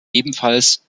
ebenfalls